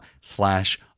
slash